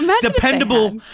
dependable